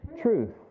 truth